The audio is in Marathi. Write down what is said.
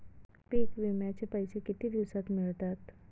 पीक विम्याचे पैसे किती दिवसात मिळतात?